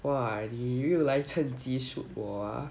!wah! 你又来趁机 shoot 我 ah